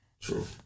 True